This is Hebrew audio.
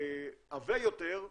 עבה יותר,